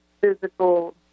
physical